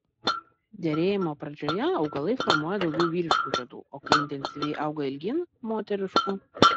derėjimo pradžioje augalai formuoja daugiau vyriškų žiedų o kai intensyviai auga ilgyn moteriškų